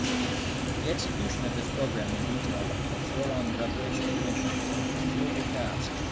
the execution of this program in detail will throw on the reparation commission a peculiar task,